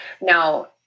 now